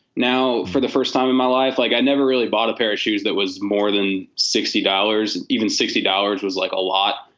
now, for the first time in my life, like i never really bought a pair of shoes that was more than sixty dollars. even sixty dollars was like a lot.